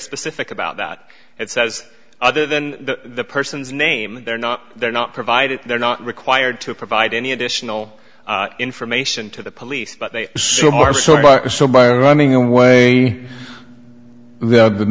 specific about that it says other than that person's name they're not they're not provided they're not required to provide any additional information to the police but they so more so by running away the